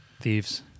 thieves